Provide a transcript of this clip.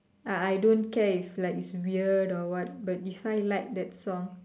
ah I don't care if like it's weird or what but if I like that song